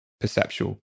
perceptual